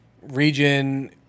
region